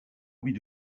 louis